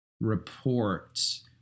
reports